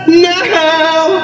now